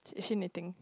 is she knitting